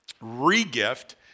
Re-Gift